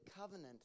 covenant